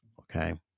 okay